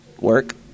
work